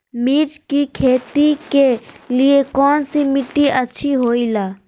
मिर्च की खेती के लिए कौन सी मिट्टी अच्छी होईला?